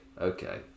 okay